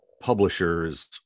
publishers